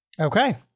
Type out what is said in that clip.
Okay